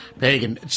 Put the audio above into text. Pagan